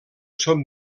són